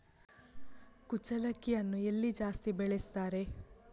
ಕುಚ್ಚಲಕ್ಕಿಯನ್ನು ಎಲ್ಲಿ ಜಾಸ್ತಿ ಬೆಳೆಸ್ತಾರೆ?